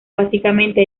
básicamente